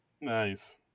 Nice